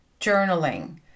journaling